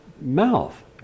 mouth